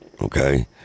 okay